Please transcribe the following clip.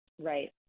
Right